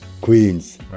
Queens